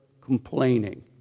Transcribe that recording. complaining